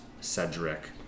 Cedric